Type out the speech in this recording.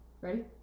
Ready